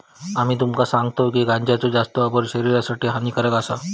आम्ही तुमका सांगतव की गांजाचो जास्त वापर शरीरासाठी हानिकारक आसा